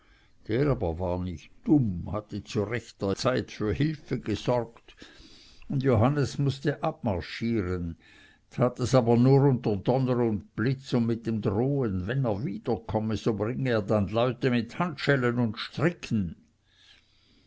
war nicht dumm hatte zu rechter zeit für hülfe gesorgt und johannes mußte abmarschieren tat es aber nur unter donner und blitz und mit dem drohen wann er wieder komme so bringe er dann leute mit handschellen und stricken